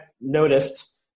noticed